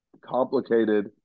complicated